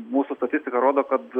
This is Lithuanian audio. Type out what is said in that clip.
mūsų statistika rodo kad